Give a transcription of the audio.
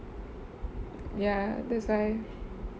ya that's why